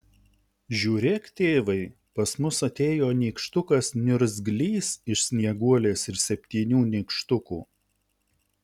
žiūrėk tėvai pas mus atėjo nykštukas niurzglys iš snieguolės ir septynių nykštukų